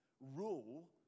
rule